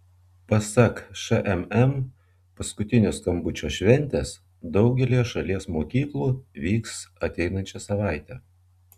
pasak šmm paskutinio skambučio šventės daugelyje šalies mokyklų vyks ateinančią savaitę